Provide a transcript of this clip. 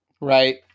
Right